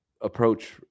approach